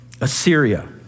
Assyria